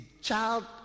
child